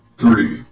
three